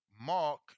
Mark